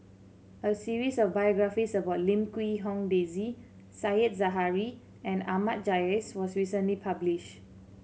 a series of biographies about Lim Quee Hong Daisy Said Zahari and Ahmad Jais was recently published